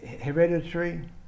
hereditary